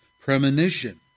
premonition